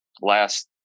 last